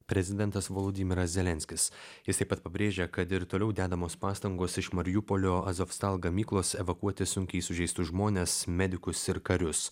prezidentas volodymiras zelenskis jis taip pat pabrėžė kad ir toliau dedamos pastangos iš mariupolio azovstal gamyklos evakuoti sunkiai sužeistus žmones medikus ir karius